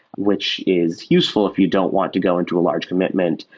which is useful if you don't want to go into a large commitment,